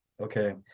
Okay